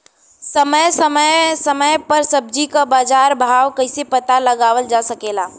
समय समय समय पर सब्जी क बाजार भाव कइसे पता लगावल जा सकेला?